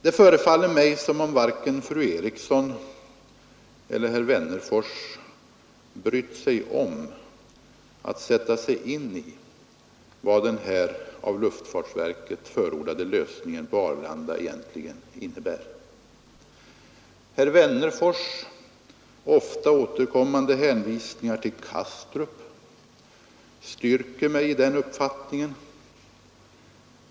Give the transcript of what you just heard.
Det förefaller mig som om varken fru Eriksson eller herr Wennerfors brytt sig om att sätta sig in i vad den här av luftfartsverket förordade lösningen på Arlanda egentligen innebär. Herr Wennerfors” ofta återkommande hänvisningar till Kastrup styrker mig i den uppfattningen.